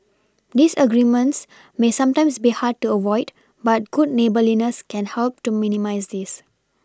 disagreements may sometimes be hard to avoid but good neighbourliness can help to minimise this